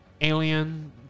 alien